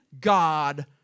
God